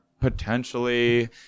potentially